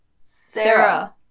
Sarah